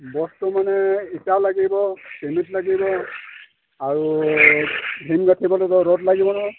বস্তু মানে ইটা লাগিব চিমেণ্ট লাগিব আৰু জিম গাঠিবলৈ ৰদ লাগিব নহয়